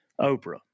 Oprah